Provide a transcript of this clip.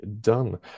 done